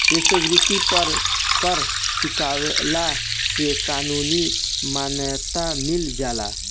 वेश्यावृत्ति पर कर चुकवला से कानूनी मान्यता मिल जाला